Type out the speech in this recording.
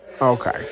Okay